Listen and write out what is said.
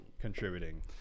contributing